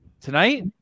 Tonight